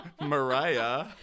Mariah